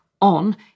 on